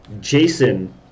jason